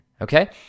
Okay